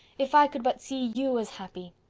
if i could but see you as happy!